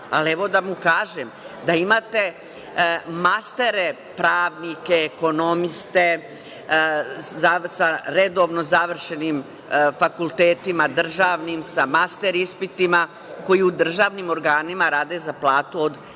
ali evo, da mu kažem, da imate mastere pravnike, ekonomiste, sa redovno završenim fakultetima državnim, sa master ispitima, koji u državnim organima rade za platu od manje